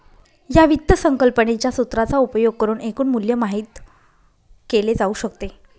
या वित्त संकल्पनेच्या सूत्राचा उपयोग करुन एकूण मूल्य माहित केले जाऊ शकते